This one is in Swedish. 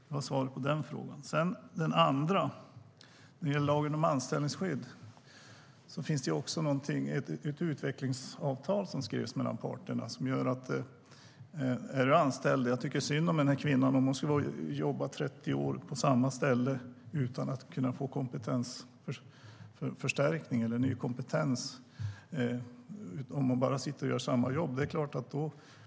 Det var svar på den frågan. Jag tycker synd om den kvinnan, ifall hon ska jobba i 30 år på samma ställe utan att få kompetensförstärkning eller ny kompetens och bara göra samma jobb.